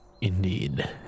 Indeed